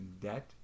debt